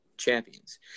champions